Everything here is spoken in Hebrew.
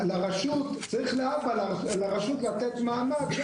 אבל צריך להבא לתת לרשות מעמד.